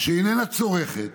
שאיננה צורכת